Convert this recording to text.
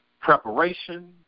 preparation